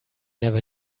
never